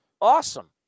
awesome